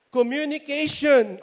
Communication